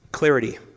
Clarity